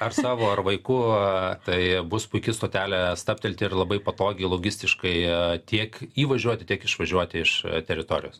ar savo ar vaikų tai bus puiki stotelė stabtelti ir labai patogiai logistiškai tiek įvažiuoti tiek išvažiuoti iš teritorijos